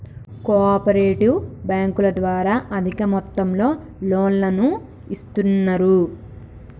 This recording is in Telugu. కో ఆపరేటివ్ బ్యాంకుల ద్వారా అధిక మొత్తంలో లోన్లను ఇస్తున్నరు